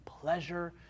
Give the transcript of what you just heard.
pleasure